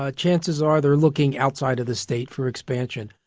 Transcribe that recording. ah chances are they are looking outside of the state for expansion,